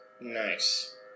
nice